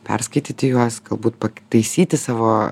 perskaityti juos galbūt pataisyti savo